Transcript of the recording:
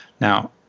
Now